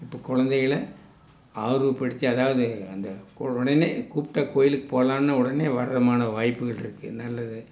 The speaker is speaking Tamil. இப்போ குழந்தைகளை ஆர்வப்படுத்தி அதாவது அந்த உடனே கூப்பிட்டா கோயிலுக்கு போகலான்னா உடனே வர்றமான வாய்ப்புகள் இருக்குது நல்லது